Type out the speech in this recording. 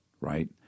right